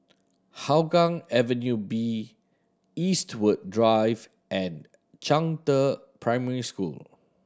Hougang Avenue B Eastwood Drive and Zhangde Primary School